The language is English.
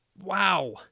wow